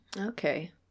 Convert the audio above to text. Okay